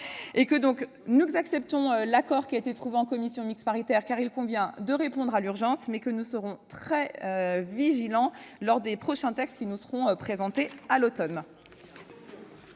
Nous acceptons l'accord trouvé en commission mixte paritaire, car il convient de répondre à l'urgence. Mais nous serons très vigilants dans le cadre des textes qui nous seront présentés à l'automne.